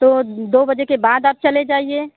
तो दो बजे के बाद आप चले जाइए